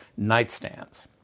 nightstands